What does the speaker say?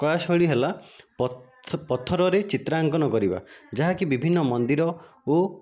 କଳା ଶୈଳୀ ହେଲା ପଥରରେ ଚିତ୍ରାଙ୍କନ କରିବା ଯାହାକି ବିଭିନ୍ନ ମନ୍ଦିର ଓ